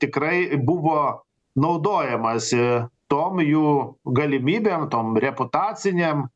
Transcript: tikrai buvo naudojamasi tom jų galimybėm tom reputacinėm